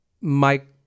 Mike